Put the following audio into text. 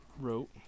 wrote